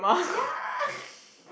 ya